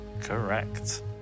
Correct